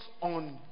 on